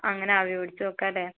അങ്ങനെ ആവിപിടിച്ചു നോക്കാല്ലേ